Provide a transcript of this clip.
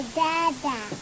dada